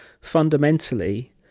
fundamentally